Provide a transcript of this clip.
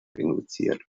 induziert